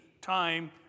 time